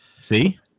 See